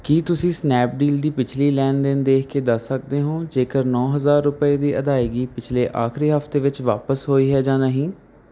ਕੀ ਤੁਸੀਂਂ ਸਨੈਪਡੀਲ ਦੀ ਪਿਛਲੀ ਲੈਣ ਦੇਣ ਦੇਖ ਕੇ ਦੱਸ ਸਕਦੇ ਹੋ ਜੇਕਰ ਨੌ ਹਜ਼ਾਰ ਰੁਪਏ ਦੀ ਅਦਾਇਗੀ ਪਿਛਲੇ ਆਖਰੀ ਹਫ਼ਤੇ ਵਿੱਚ ਵਾਪਸ ਹੋਈ ਹੈ ਜਾਂ ਨਹੀਂ